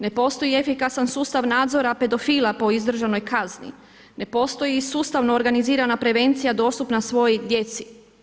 Ne postoji efikasan sustav nadzora pedofila po izdržanoj kazni, ne postoji sustavno organizirana prevencija dostupna svoj djeci.